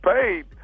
paid